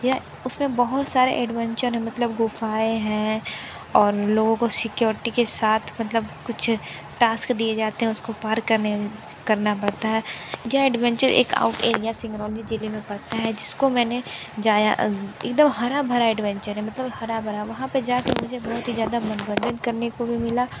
यह उसमें बहुत सारे एडवेंचर है मतलब गुफाएँ हैं और लोगों को सिक्योरिटी के साथ मतलब कुछ टास्क दिए जाते हैं उसको पार करने करना पड़ता है यह एडवेंचर एक आउट एरिया सिंगरौली ज़िले में पड़ता है जिसको मैंने एकदम हरा भरा एडवेंचर है मतलब हरा भरा वहाँ पर जा कर मुझे बहुत ही ज़्यादा भ्रमण करने को भी मिला